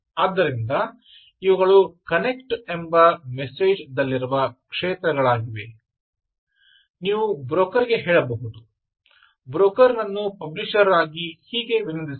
ಆದ್ದರಿಂದ ಇವುಗಳು 'ಕನೆಕ್ಟ್' ಎಂಬ ಮೆಸೇಜ್ ದಲ್ಲಿರುವ ಕ್ಷೇತ್ರಗಳಾಗಿವೆ ನೀವು ಬ್ರೋಕರ್ ಗೆ ಹೇಳಬಹುದು ಬ್ರೋಕರ್ ನನ್ನು ಪಬ್ಲಿಷರ್ ರಾಗಿ ಹೀಗೆ ವಿನಂತಿಸಬಹುದು